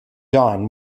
dawn